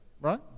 right